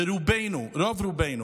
ורובנו, רוב-רובנו,